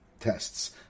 tests